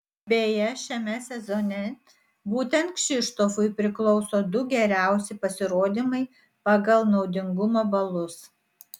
beje šiame sezone būtent kšištofui priklauso du geriausi pasirodymai pagal naudingumo balus